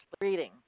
reading